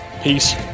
Peace